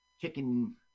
chicken